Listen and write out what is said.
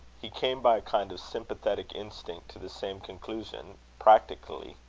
he came, by a kind of sympathetic instinct, to the same conclusion practically,